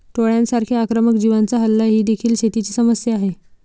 टोळांसारख्या आक्रमक जीवांचा हल्ला ही देखील शेतीची समस्या आहे